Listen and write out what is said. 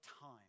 time